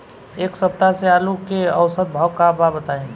एक सप्ताह से आलू के औसत भाव का बा बताई?